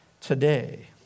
today